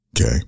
Okay